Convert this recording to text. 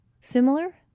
Similar